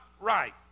right